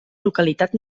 localitat